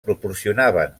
proporcionaven